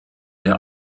der